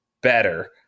better